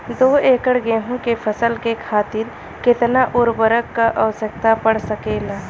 दो एकड़ गेहूँ के फसल के खातीर कितना उर्वरक क आवश्यकता पड़ सकेल?